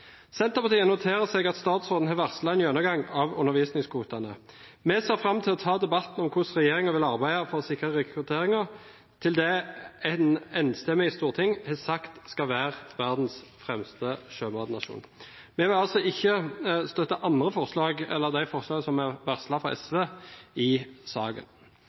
Senterpartiet noterer seg at statsråden har varslet en gjennomgang av undervisningskvotene. Vi ser fram til å ta debatten om hvordan regjeringen vil arbeide for å sikre rekrutteringen til det som et enstemmig storting har sagt skal være verdens fremste sjømatnasjon. Vi vil ikke støtte andre forslag, altså de forslagene som er varslet fra SV i saken.